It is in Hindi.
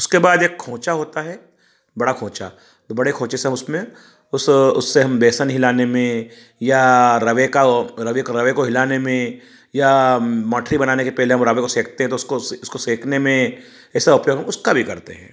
उसके बाद एक खोंचा होता है बड़ा खोंचा तो बड़े खोंचे से उसमें उस उससे हम बेसन हिलाने में या रवे का वो रवे को रवे को हिलाने में या मठरी बनाने के पहले हम रवे को सेंकते हैं तो उसको उसको सेंकने में ऐसे उपयोग हम उसका भी करते हैं